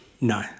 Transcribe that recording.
No